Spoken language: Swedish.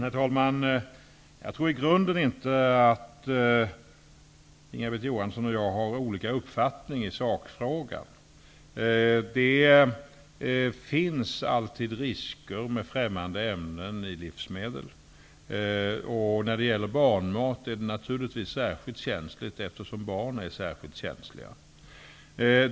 Herr talman! Jag tror inte att Inga-Britt Johansson och jag i grunden har olika uppfattning i sakfrågan. Det finns alltid risker med främmande ämnen i livsmedel. I barnmat är det naturligtvis särskilt känsligt, eftersom barn är särskilt känsliga.